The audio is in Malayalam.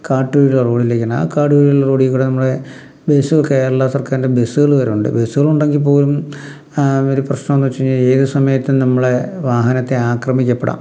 കാട്ടുവഴിയുള്ള റോഡിലേക്കാണ് ആ കാട് വഴിയുള്ള റോഡിൽ കൂടെ നമ്മുടെ ബസ് കേരളാ സർക്കാരിൻ്റെ ബസ്കൾ വരെ ഉണ്ട് ബെസുകളുണ്ടെങ്കിൽ പോലും ഒരു ഒരു പ്രശ്നമെന്ന് വെച്ച് കഴിഞ്ഞാൽ ഏത് സമയത്തും നമ്മളെ വാഹനത്തെ ആക്രമിക്കപ്പെടാം